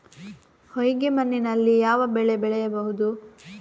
ಹೊಯ್ಗೆ ಮಣ್ಣಿನಲ್ಲಿ ಯಾವ ಬೆಳೆ ಬೆಳೆಯಬಹುದು?